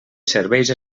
serveis